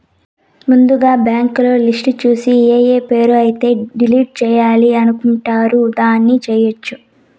ముందుగా బ్యాంకులో లిస్టు చూసి ఏఏ పేరు అయితే డిలీట్ చేయాలి అనుకుంటారు దాన్ని చేయొచ్చు